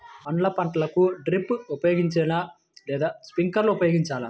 పండ్ల పంటలకు డ్రిప్ ఉపయోగించాలా లేదా స్ప్రింక్లర్ ఉపయోగించాలా?